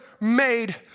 made